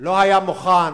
לא היה מוכן